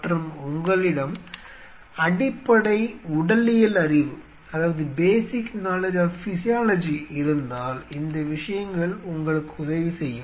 மற்றும் உங்களிடம் அடிப்படை உடலியல் அறிவு இருந்தால் இந்த விஷயங்கள் உங்களுக்கு உதவி செய்யும்